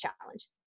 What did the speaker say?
challenge